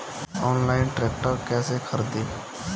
Online tractor कैसे खरदी?